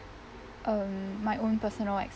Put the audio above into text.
um my own personal